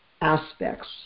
aspects